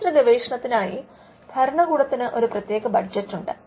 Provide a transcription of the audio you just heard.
ശാസ്ത്ര ഗവേഷണത്തിനായി ഭരണകൂടത്തിന് ഒരു പ്രതേക ബജറ്റ് ഉണ്ട്